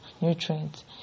nutrients